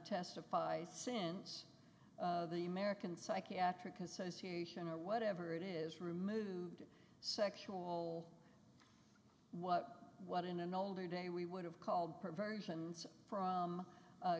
testify since the american psychiatric association or whatever it is removed sexual what what in an older day we would have called perversions from